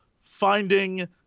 finding